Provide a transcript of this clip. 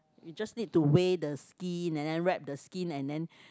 you just need to weigh the skin and then wrap the skin and then